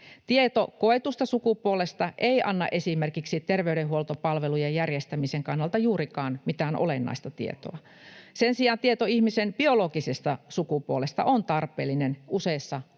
Tieto koetusta sukupuolesta ei anna esimerkiksi terveydenhuoltopalvelujen järjestämisen kannalta juurikaan mitään olennaista tietoa. Sen sijaan tieto ihmisen biologisesta sukupuolesta on tarpeellinen useissa tilanteissa,